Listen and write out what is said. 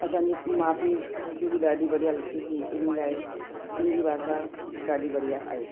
असांजी माउ पीउ खे बि ॾाढी बढ़िया लॻंदी हुई इन लाइ सिंधी भाषा ॾाढी बढ़िया आहे